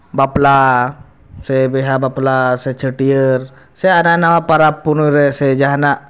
ᱵᱟᱯᱞᱟ ᱥᱮ ᱵᱤᱦᱟᱹᱼᱵᱟᱯᱞᱟ ᱥᱮ ᱪᱷᱟᱹᱴᱭᱟᱹᱨ ᱥᱮ ᱦᱟᱱᱟᱼᱱᱷᱟᱣᱟ ᱯᱚᱨᱚᱵᱽᱼᱯᱩᱱᱟᱹᱨᱮ ᱥᱮ ᱡᱟᱦᱟᱱᱟᱜ